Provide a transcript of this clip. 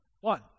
One